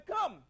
come